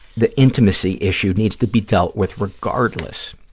the intimacy issue needs to be dealt with regardless.